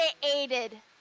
created